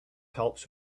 helped